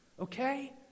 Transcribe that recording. Okay